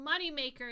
moneymaker